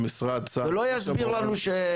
ולא יסביר לנו שהם אשמים.